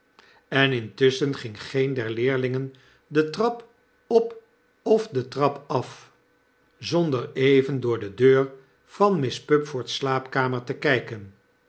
en intusschen ging geen der leerlingen de trap op of de trap af zonder even door de deur van miss pupford's siaapkamer te ky